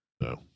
No